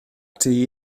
ati